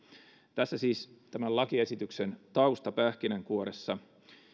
tässä siis tämän lakiesityksen tausta pähkinänkuoressa